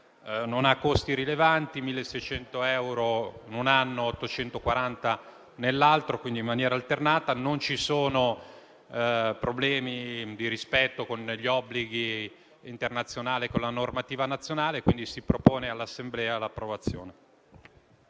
Non ha costi rilevanti, trattandosi di 1.600 euro in un anno e 840 nell'altro, e quindi in maniera alternata. Non ci sono problemi di rispetto con gli obblighi internazionali e con la normativa nazionale. Per tali ragioni se ne propone all'Assemblea l'approvazione.